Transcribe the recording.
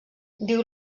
diu